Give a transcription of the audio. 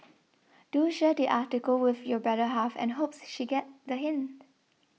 do share the article with your better half and hopes she get the hint